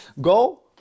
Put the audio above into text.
go